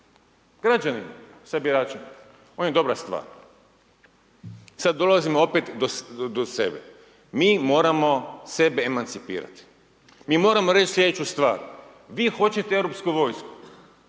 građanima sa biračima, on je dobra stvar. Sad dolazimo opet do sebe, mi moramo sebe emancipirati mi moramo reći slijedeću stvar. Vi hoćete europsku vojsku,